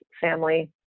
family